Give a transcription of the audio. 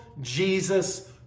Jesus